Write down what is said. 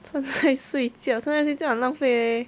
穿来 睡觉穿来睡觉很浪费 eh